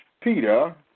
Peter